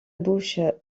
bouche